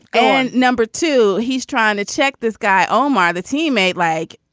and number two, he's trying to check this guy, omar, the teammate, like,